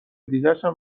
دیگشم